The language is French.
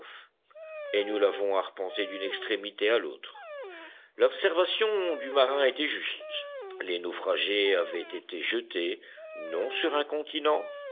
et nous l'avons arpenté d'une extrémité à l'autre l'observation du marin était juste les naufragés avaient été jetés non sur un continent